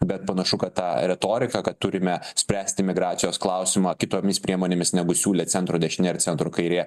bet panašu kad ta retorika kad turime spręsti migracijos klausimą kitomis priemonėmis negu siūlė centro dešinė ar centro kairė